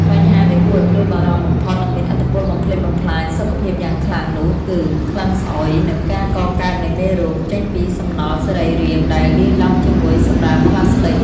បញ្ហាដែលគួរឱ្យព្រួយបារម្ភបំផុត និងមានឥទ្ធិពលបំផ្លិចបំផ្លាញសុខភាពយ៉ាងខ្លាំងនោះគឺ ក្លិនស្អុយ និងការកកើតនៃមេរោគ ចេញពីសំណល់សរីរាង្គដែលលាយឡំជាមួយសម្រាមផ្លាស្ទិក។